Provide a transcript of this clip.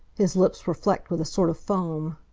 his lips were flecked with a sort of foam.